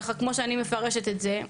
כמו שאני מפרשת את זה,